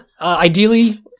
ideally